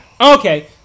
Okay